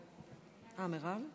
חבריי חברי הכנסת,